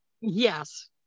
Yes